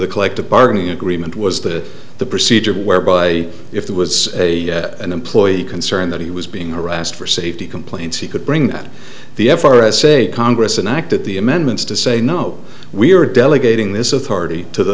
the collective bargaining agreement was that the procedure whereby if there was a an employee concern that he was being harassed for safety complaints he could bring that the f r s a congress an act that the amendments to say no we are delegating this is already to the